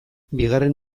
bigarren